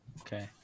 Okay